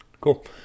Cool